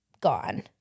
gone